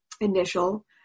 initial